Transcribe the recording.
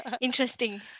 Interesting